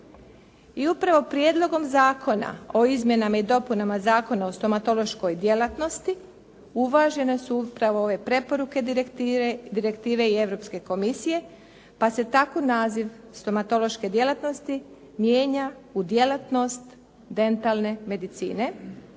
I upravo Prijedlogom zakona o izmjenama i dopunama Zakona o stomatološkoj djelatnosti uvažene su upravo ove preporuke direktive i Europske komisije pa se tako naziv stomatološke djelatnosti mijenja u djelatnost dentalne medicine.